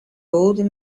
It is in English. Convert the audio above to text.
old